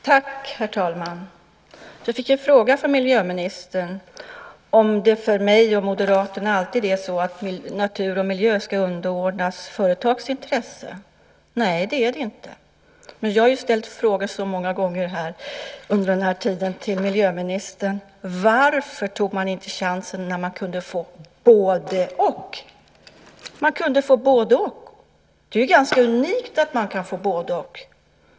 Herr talman! Jag fick en fråga från miljöministern om det för mig och Moderaterna alltid är så att natur och miljö ska underordnas företags intressen. Nej, det är det inte. Men jag har ju ställt frågan så många gånger under den här tiden till miljöministern: Varför tog man inte chansen när man kunde få både-och? Man kunde få både-och. Det är ganska unikt att man kan få både-och.